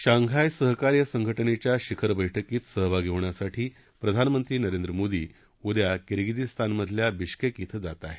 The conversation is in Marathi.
शांघाय सहकार्य संघटनेच्या शिखर बैठकीत सहभागी होण्यासाठी प्रधानमंत्री नरेंद्र मोदी उद्या किर्गिझीस्तानमधल्या बिश्केश िं जात आहेत